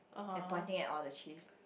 and pointing at all the cheese